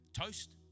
toast